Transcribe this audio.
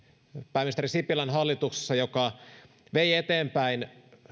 pääministeri sipilän hallituksessa joka vei eteenpäin